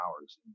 hours